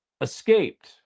escaped